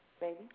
baby